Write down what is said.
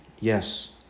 Yes